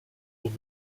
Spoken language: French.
aux